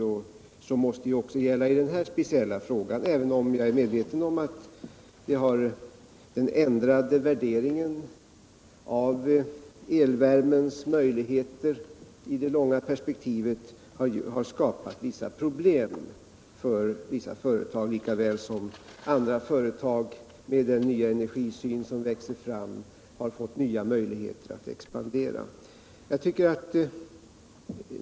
Detta måste gälla också i den här speciella frågan, även om jag är medveten om att den ändrade värderingen av elvärmens möjligheter i det långa perspektivet har skapat problem för vissa företag, lika väl som andra företag med den nya energisyn som växer fram har fått nya möjligheter att expandera.